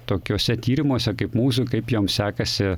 tokiuose tyrimuose kaip mūsų kaip jom sekasi